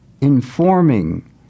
informing